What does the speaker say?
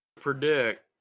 predict